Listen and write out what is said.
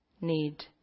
need